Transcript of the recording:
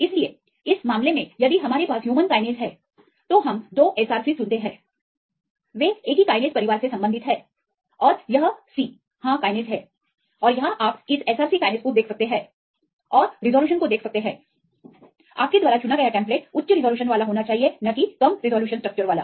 इसलिए इस मामले में यदि हमारे पास ह्यूमन काइनेज है तो हम 2SRC चुनते हैं वे एक ही काइनेज परिवार से संबंधित हैं और यह C हां काइनेज है और यहां आप इस SRC काइनेज को देख सकते हैं और रिज़ॉल्यूशन को देख सकते हैं कि आपके द्वारा चुना गया टेम्पलेट उच्च रिज़ॉल्यूशन वाला होना चाहिए न कि कम रिज़ॉल्यूशन स्ट्रक्चर वाला